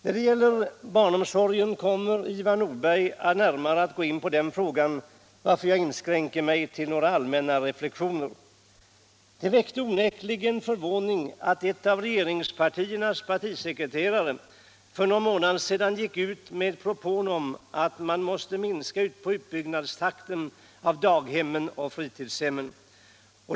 När det gäller barnomsorgen kommer Ivar Nordberg närmare att gå in på den frågan, varför jag inskränker mig till några allmänna reflexioner. Det väckte onekligen förvåning att en av regeringspartiernas partisekreterare för någon månad sedan gick ut med propån om att man måste minska på utbyggnadstakten när det gäller daghemmen och fritidshemmen.